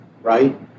right